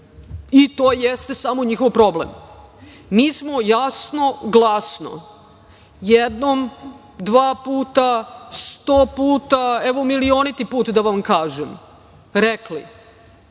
i to jeste samo njihov problem. Mi smo jasno, glasno, jednom, dva puta, sto puta, evo milioniti put da vam kažem, rekli,